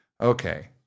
okay